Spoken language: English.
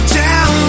down